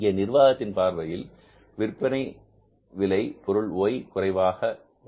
இங்கே நிர்வாகத்தின் பார்வையில் விற்பனை விலை பொருள் Y குறைவாக உள்ளது